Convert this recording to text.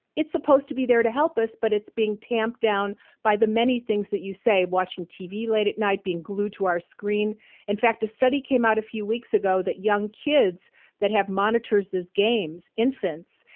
it's supposed to be there to help us, but it's being tamped down by the many things that you say, watching tv late at night, being glued to our screen in fact, the study came out a few weeks ago that young kids that have monitors as games, infants,